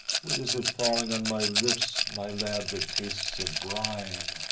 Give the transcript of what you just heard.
what is it falling on my lips, my lad, that tastes of brine?